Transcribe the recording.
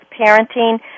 parenting